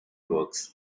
works